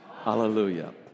Hallelujah